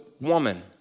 woman